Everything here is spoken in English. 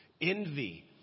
Envy